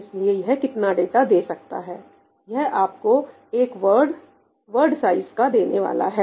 इसलिए यह कितना डाटा दे सकता है यह आपको एक वर्ड word वर्ड साइज का देने वाला है